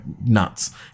nuts